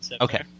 okay